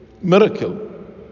miracle